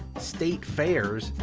state fairs,